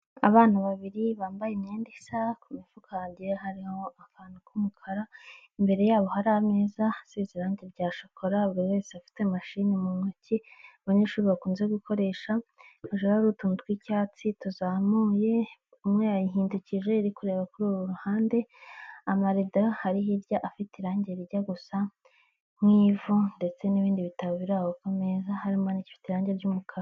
Abana babiri bambaye imyenda isa ku mifuka hagiye hariho akantu k'umukara, imbere yabo hari ameza asize irangi rya shokora buri wese afite mashini mu ntoki abanyeshuri bakunze gukoresha, hejuru hari utuntu tw'icyatsi tuzamuye, umwe yayihindukije iri kureba kuri uru ruhande, amarido ari hirya afite irangi rijya gusa nk'ivu ndetse n'ibindi bitabo biri aho ku meza harimo n'igifite irangi ry'umukara.